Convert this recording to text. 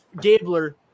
Gabler